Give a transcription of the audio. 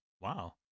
Wow